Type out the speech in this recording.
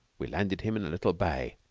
we landed him in a little bay,